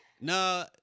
No